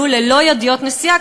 יהיו ללא ידיות נשיאה,